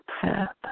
path